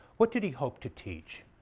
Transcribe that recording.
what did he hope to teach?